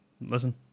listen